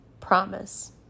Promise